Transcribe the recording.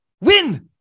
win